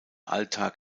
alltag